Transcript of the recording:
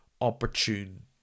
opportune